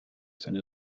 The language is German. seine